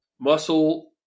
muscle